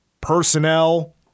personnel